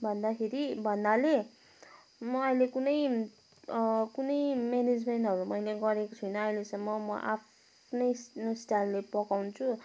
भन्दाखेरि भन्नाले म अहिले कुनै कुनै म्यानेजमेन्टहरू मैले गरेको छुइनँ अहिलेसम्म म आफ्नै स्टाइलले पकाउँछु